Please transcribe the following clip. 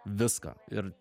viską ir